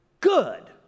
good